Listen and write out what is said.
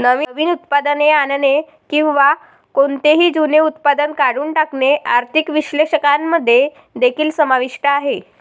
नवीन उत्पादने आणणे किंवा कोणतेही जुने उत्पादन काढून टाकणे आर्थिक विश्लेषकांमध्ये देखील समाविष्ट आहे